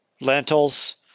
lentils